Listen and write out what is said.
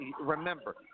remember